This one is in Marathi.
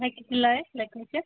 हे कितीला आहे लॅक्मे शेयर